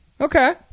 Okay